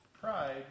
Pride